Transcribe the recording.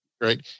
Right